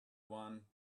one